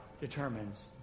determines